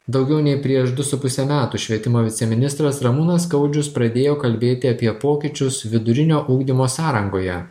daugiau nei prieš du su puse metų švietimo viceministras ramūnas skaudžius pradėjo kalbėti apie pokyčius vidurinio ugdymo sąrangoje